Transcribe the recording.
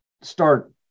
start